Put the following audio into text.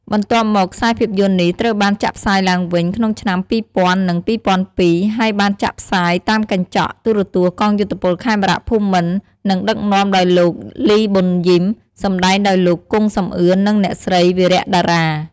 បន្ទាប់មក ខ្សែភាពយន្ត នេះត្រូវបាន ចាក់ផ្សាយឡើងវិញ ក្នុងឆ្នាំ ២០០០ និង ២០០២ ហើយបានចាក់ផ្សាយតាមកញ្ចក់ ទូរទស្សន៍កងយោធពលខេមរភូមិន្ទ និងដឹកនាំដោយលោក លី ប៊ុនយីម សម្តែងដោយលោក គង់ សំអឿន និងអ្នកស្រី វីរៈ តារា។